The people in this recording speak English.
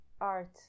art